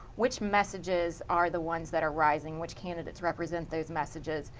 which messages are the ones that are rising, which candidates represent those messages?